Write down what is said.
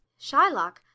shylock